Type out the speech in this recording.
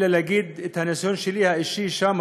אלא להגיד מה הניסיון שלי האישי משם,